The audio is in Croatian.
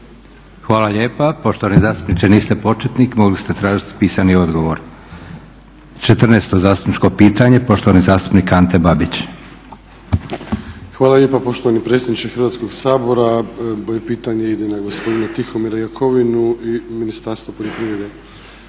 Hvala lijep. Poštovani zastupniče, niste početnik, mogli ste tražiti pisani odgovor. 14 zastupničko pitanje, poštovani zastupnik Ante Babić. **Babić, Ante (HDZ)** Hvala lijepa poštovani predsjedniče Hrvatskog sabora. Moje pitanje ide na gospodina Tihomira Jakovinu i u Ministarstvo poljoprivrede.